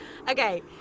Okay